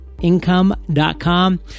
Income.com